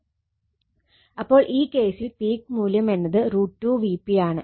അപ്പോൾ ഈ കേസിൽ പീക്ക് മൂല്യം എന്നത് √ 2 Vp ആണ്